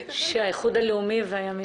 תודה רבה, הישיבה